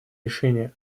решение